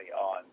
on